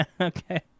okay